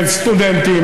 סטודנטים,